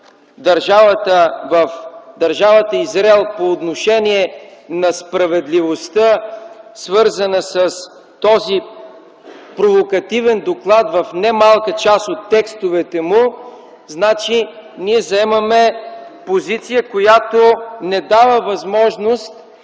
държавата Израел по отношение на справедливостта, свързана с този провокативен доклад в немалка част от текстовете му, значи ние заемаме позиция, която не дава възможност